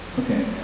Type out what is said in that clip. okay